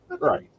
Right